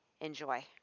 Enjoy